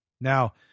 Now